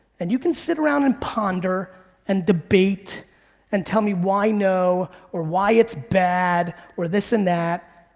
and you can sit around and ponder and debate and tell me why no, or why it's bad, or this and that.